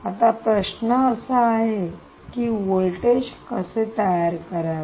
आता प्रश्न असा आहे की हे व्होल्टेज कसे तयार करावे